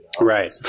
Right